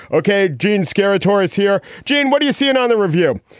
ok. jeanne, scare stories here. jeanne, what do you see in on the review?